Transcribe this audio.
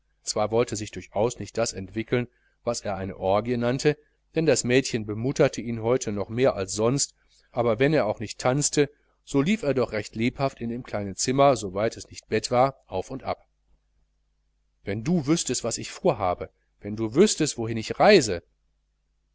zwar wollte sich durchaus nicht das entwickeln was er eine orgie nannte denn das mädchen bemutterte ihn heute noch mehr als sonst aber wenn er auch nicht tanzte so lief er doch recht lebhaft in dem kleinen zimmer soweit es nicht bett war auf und ab wenn du wüßtest was ich vorhabe wenn du wüßtest wohin ich reise